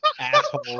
asshole